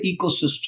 ecosystem